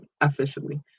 officially